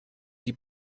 die